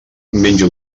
menja